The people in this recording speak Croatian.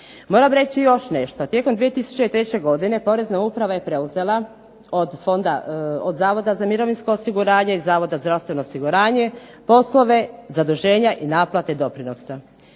Moram reći još nešto, tijekom 2003. godine porezna uprava je preuzela od Zavoda za mirovinsko osiguranje i Zavoda za zdravstveno osiguranje poslove zaduženja i naplate doprinosa.